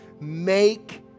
make